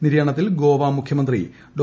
നിര്യാണത്തിൽ ഗോവ മുഖ്യമന്ത്രി ഡോ